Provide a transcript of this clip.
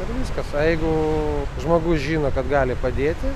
ir viskas a jeigu žmogus žino kad gali padėti